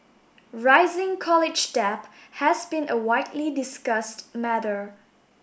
rising college debt has been a widely discussed matter